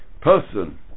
person